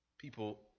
People